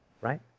right